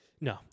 no